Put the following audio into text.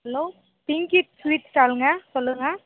hello Pinky sweet ஸ்டாலுங்க சொல்லுங்கள்